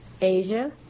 Asia